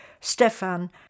Stefan